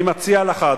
אני מציע לך,